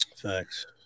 Thanks